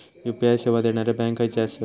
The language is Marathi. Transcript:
यू.पी.आय सेवा देणारे बँक खयचे आसत?